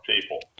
people